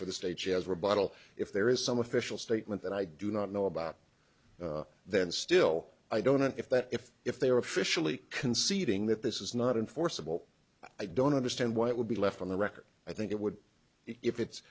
for the stage as a rebuttal if there is some official statement that i do not know about then still i don't know if that if if they are officially conceding that this is not enforceable i don't understand why it would be left on the record i think it would if it's